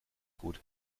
gut